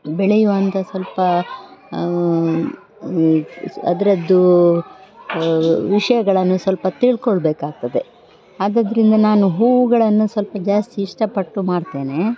ಬೆಳೆಯುವಂಥ ಸ್ವಲ್ಪ ಅದರದ್ದು ವಿಷಯಗಳನ್ನು ಸ್ವಲ್ಪ ತಿಳ್ಕೊಳ್ಳಬೇಕಾಗ್ತದೆ ಆದ್ದರಿಂದ ನಾನು ಹೂವುಗಳನ್ನು ಸ್ವಲ್ಪ ಜಾಸ್ತಿ ಇಷ್ಟಪಟ್ಟು ಮಾಡ್ತೇನೆ